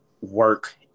work